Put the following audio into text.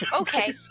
Okay